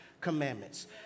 commandments